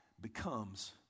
becomes